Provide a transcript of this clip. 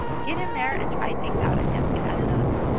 get in there and try things out. i can't say that enough.